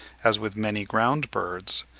as with many ground birds,